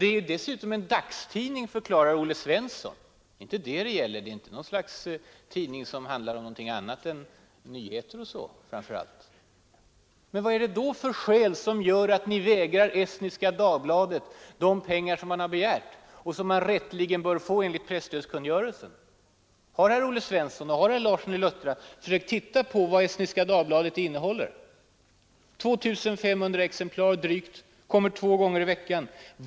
Det är dessutom en ”dagstidning”, förklarar herr Svensson i Eskilstuna. Det är inte det det gäller. Det är inte något slags tidning som handlar om någonting annat än framför allt nyheter. Men vad är det då för skäl som gör att ni vägrar Estniska Dagbladet de pengar som man har begärt och som man rätteligen bör få enligt presstödskungörelsen? Har herr Svensson i Eskilstuna och herr Larsson i Luttra försökt titta på vad Estniska Dagbladet innehåller? Drygt 2 500 exemplar kommer två gånger i veckan.